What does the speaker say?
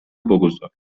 بگذار